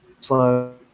slow